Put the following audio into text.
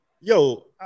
Yo